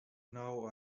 now